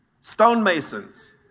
Stonemasons